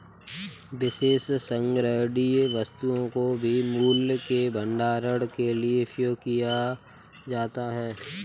विशेष संग्रहणीय वस्तुओं को भी मूल्य के भंडारण के लिए उपयोग किया जाता है